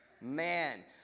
Man